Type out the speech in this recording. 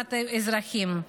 ולטובת האזרחים.